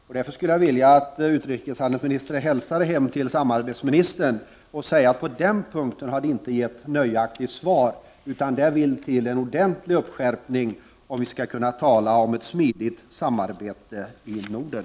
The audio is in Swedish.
Jag skulle därför vilja att utrikeshandelsministern hälsade till samarbetsministern att det på den punkten inte kunnat ges något nöjaktigt svar — det behövs en ordentlig skärpning, om vi skall kunna tala om ett smidigt samarbete i Norden.